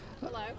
hello